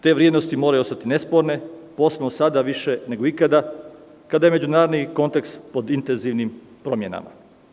Te vrednosti moraju ostati nesporne, posebno sada više nego ikada kada je međunarodni kontekst pod intenzivnim promenama.